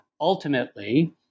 Ultimately